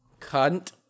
cunt